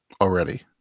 Already